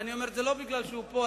ואני אומר את זה לא רק משום שהוא פה.